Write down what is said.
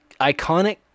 iconic